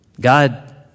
God